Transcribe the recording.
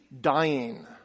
dying